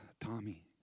Tommy